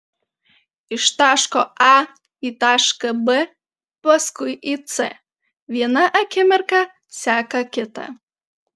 iš taško a į tašką b paskui į c viena akimirka seka kitą